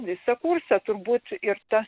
visą kursą turbūt ir ta